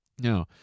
Now